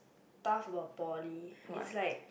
tough for poly is like